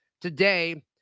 today